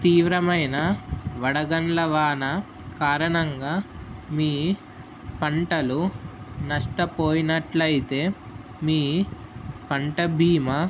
తీవ్రమైన వడగండ్ల వాన కారణంగా మీ పంటలు నష్టపోయినట్లయితే మీ పంట భీమ